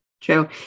True